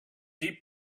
deep